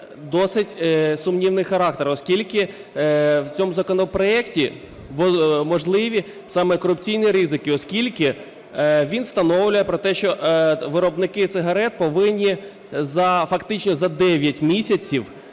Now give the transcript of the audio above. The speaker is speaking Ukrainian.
досить сумнівний характер, оскільки в цьому законопроекті можливі саме корупційні ризики, оскільки він встановлює про те, що виробники сигарет повинні фактично за 9 місяців